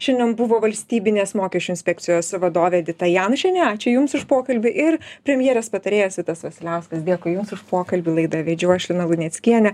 šiandien buvo valstybinės mokesčių inspekcijos vadovė edita janušienė ačiū jums už pokalbį ir premjerės patarėjas vitas vasiliauskas dėkui jums už puokalbių laidą vedžiau aš lina luneckienė